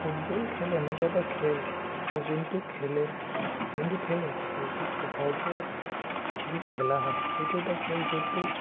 football খেল এনেকুৱা এটা খেল যোনটো খেলে যোনটো খেল সব্ সৰ্ব পৃথিৱীত খেলা হয় সেইটো এটা খেল যোনটো